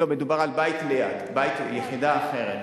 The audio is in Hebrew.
לא, מדובר על בית ליד, יחידה אחרת.